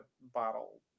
bottle